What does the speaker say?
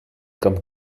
come